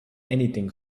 anything